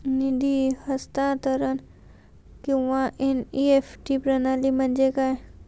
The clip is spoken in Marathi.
निधी हस्तांतरण किंवा एन.ई.एफ.टी प्रणाली म्हणजे काय?